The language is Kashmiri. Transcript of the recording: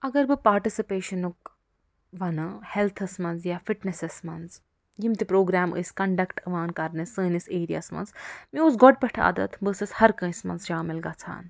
اگر بہٕ پاٹِسپیشنُک وَنہٕ ہیٚلتھس منٛز یا فِٹنیٚسَس منٛز یِم تہِ پرٛوگرام ٲسۍ کنڈکٹہٕ یِوان کرنہٕ سٲنِس ایریا ہَس منٛز مےٚ اوس گۄڈٕ پٮ۪ٹھ عادت بہِ ٲسٕس ہرٕ کٲنٛسہِ منٛز شامِل گژھان